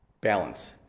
balance